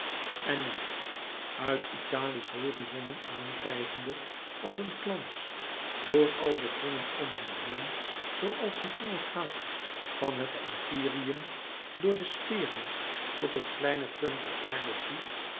en nu uit italië's horizonnen aandrijvende als een glans door al de kringen om hem heen zooals een engel gaat van het empyreum door de sferen tot het kleine punt der louis couperus metamorfoze aarde toe